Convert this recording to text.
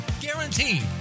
guaranteed